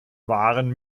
waren